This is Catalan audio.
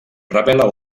revela